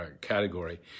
category